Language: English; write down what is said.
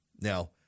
Now